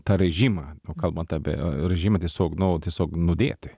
tą režimą nu kalbant apie režimą tiesiog nu tiesiog nudėti